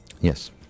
yes